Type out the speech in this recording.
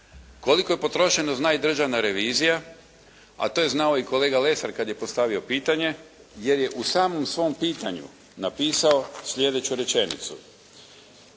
Koliko je potrošeno zna i Državna revizija, a to je znao i kolega Lesar kada je postavio pitanje, jer je u samom svom pitanju napisao slijedeću rečenicu.